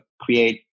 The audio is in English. create